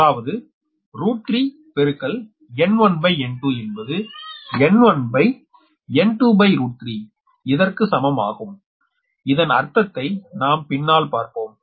அதாவது 3 N1N2என்பது N1N23 இதற்கு சமம் ஆகும் இதன் அர்த்தத்தை நாம் பின்னால் பார்ப்போம்